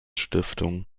stiftung